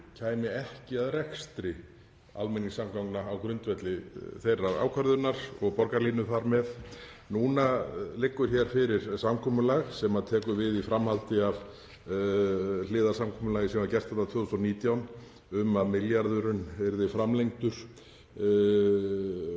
kæmi ekki að rekstri almenningssamgangna á grundvelli þeirrar ákvörðunar, og borgarlínu þar með. Nú liggur fyrir samkomulag sem tekur við í framhaldi af hliðarsamkomulagi sem var gert 2019, um að milljarðurinn yrði framlengdur,